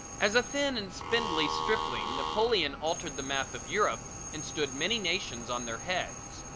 as a thin and spindly stripling napoleon altered the map of europe and stood many nations on their heads.